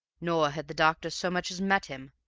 nor had the doctor so much as met him,